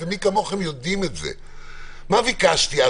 ביקשתי,